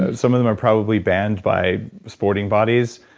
ah some of them are probably banned by sporting bodies,